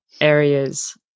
areas